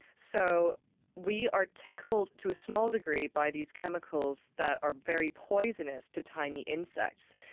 so we are tickled, to a small degree, by these chemicals that are very poisonous to tiny insects.